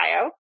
bio